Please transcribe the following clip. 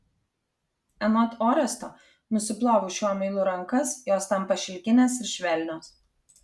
anot oresto nusiplovus šiuo muilu rankas jos tampa šilkinės ir švelnios